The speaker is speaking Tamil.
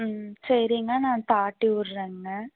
ம் சரிங்க நான் தாட்டிவிட்றேங்க